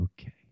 Okay